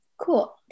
Cool